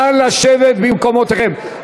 נא לשבת במקומותיכם.